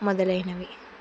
మొదలైనవి